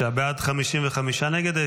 46 בעד, 55 נגד.